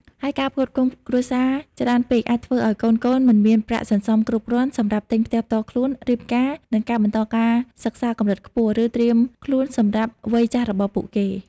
ហើយការផ្គត់ផ្គង់គ្រួសារច្រើនពេកអាចធ្វើឱ្យកូនៗមិនមានប្រាក់សន្សំគ្រប់គ្រាន់សម្រាប់ទិញផ្ទះផ្ទាល់ខ្លួន រៀបការ និងបន្តការសិក្សាកម្រិតខ្ពស់ ឬត្រៀមខ្លួនសម្រាប់វ័យចាស់របស់ពួកគេ។